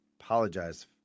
apologize